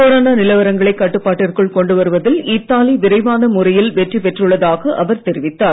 corona நிலவரங்களை கட்டுப்பாட்டிற்குள் கொண்டு வருவதில் இத்தாலி விரைவான முறையில் வெற்றி பெற்றுள்ளதாக அவர் தெரிவித்தார்